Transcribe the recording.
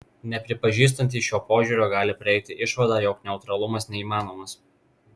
nepripažįstantys šio požiūrio gali prieiti išvadą jog neutralumas neįmanomas